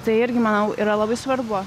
tai irgi manau yra labai svarbu